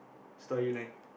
story line